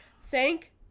thank